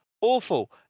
awful